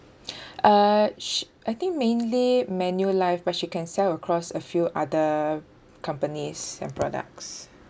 uh sh~ I think mainly manulife but she can sell across a few other companies and products